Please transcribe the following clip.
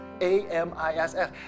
A-M-I-S-S